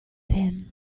him